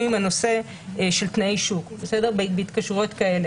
עם הנושא של תנאי שוק בהתקשרויות כאלה,